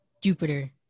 Jupiter